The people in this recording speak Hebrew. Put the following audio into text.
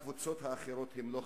הקבוצות האחרות הן לא חסינות.